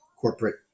corporate